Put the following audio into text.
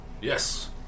Yes